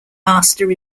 master